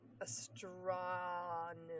astronomy